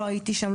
לא הייתי שם,